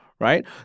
right